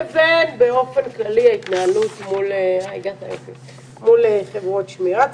לבין באופן כללי ההתנהלות מול חברות שמירה.